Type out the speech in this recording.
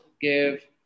give